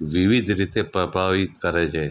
વિવિધ રીતે પ્રભાવિત કરે છે